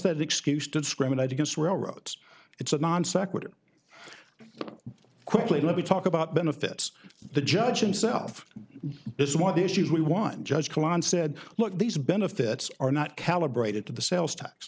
t excuse to discriminate against railroads it's a non sequitur quickly let me talk about benefits the judge himself is one of the issues we want judge cohen said look these benefits are not calibrated to the sales tax